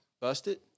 Busted